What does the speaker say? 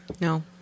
No